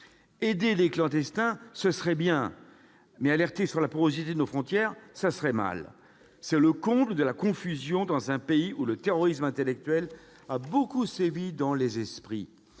Aider les clandestins, ce serait bien, mais alerter sur la porosité de nos frontières, ce serait mal ! C'est le comble de la confusion dans un pays où le terrorisme intellectuel a beaucoup sévi dans les esprits